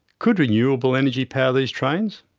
could renewable energy power these trains?